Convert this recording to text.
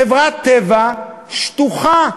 חברת "טבע" שטוחה.